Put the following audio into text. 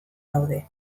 daude